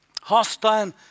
Hostile